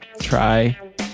try